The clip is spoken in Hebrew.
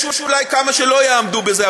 יש אולי כמה שלא יעמדו בזה,